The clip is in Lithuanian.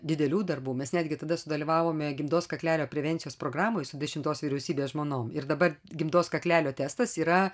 didelių darbų mes netgi tada sudalyvavome gimdos kaklelio prevencijos programoje su dešimtos vyriausybės žmonom ir dabar gimdos kaklelio testas yra